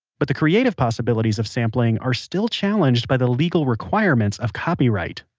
but the creative possibilities of sampling are still challenged by the legal requirements of copyright